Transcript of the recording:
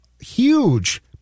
huge